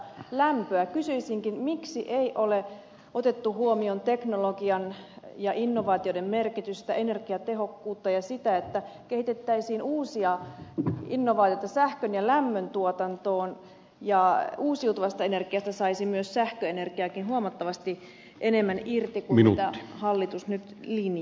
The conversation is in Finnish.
kysyisinkin miksi ei ole otettu huomioon teknologian ja innovaatioiden merkitystä energiatehokkuutta ja sitä että kehitettäisiin uusia innovaatioita sähkön ja lämmön tuotantoon ja uusiutuvasta energiasta saisi myös sähköenergiaakin huomattavasti enemmän irti kuin mitä hallitus nyt linjaa